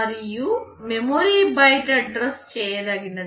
మరియు memory byte address చేయదగినది